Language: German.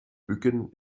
bücken